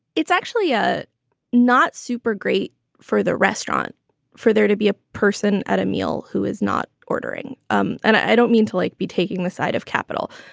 it's actually ah not super great for the restaurant for there to be a person at a meal who is not ordering, um and i don't mean to like be taking the side of capital,